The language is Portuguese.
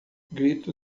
grito